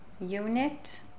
unit